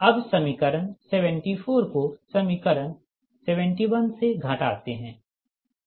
अब समीकरण 74 को समीकरण 71 से घटाते हैं